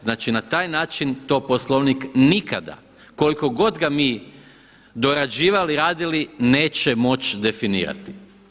Znači na taj način to Poslovnik nikada koliko god ga mi dorađivali, radili neće moći definirati.